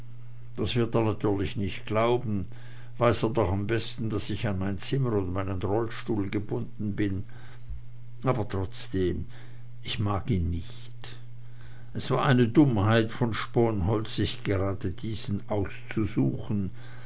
das wird er natürlich nicht glauben weiß er doch am besten daß ich an mein zimmer und meinen rollstuhl gebunden bin aber trotzdem ich mag ihn nicht es war eine dummheit von sponholz sich grade diesen auszusuchen